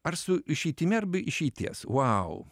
ar su išeitimi ar be išeities vau